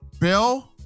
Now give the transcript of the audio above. Bill